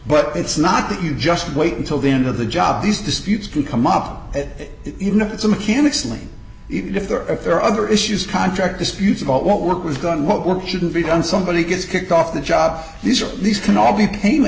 but it's not that you just wait until the end of the job these disputes can come up that even if it's a mechanic's lien if there are other issues contract disputes about what work was done what were shouldn't be done somebody gets kicked off the job these are these can all be payment